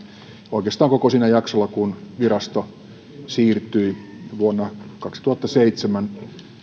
oikeastaan koko sillä jaksolla sen jälkeen kun virasto siirtyi eduskunnan alaisuuteen vuonna kaksituhattaseitsemän